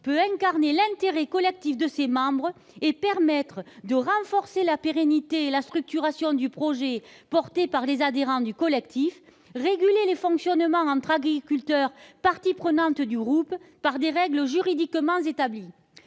peut incarner l'intérêt collectif de ses membres, permettre de renforcer la pérennité et la structuration du projet porté par les adhérents du collectif, réguler le fonctionnement entre agriculteurs parties prenantes par des règles juridiquement établies.